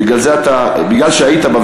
בגלל שהיית בה,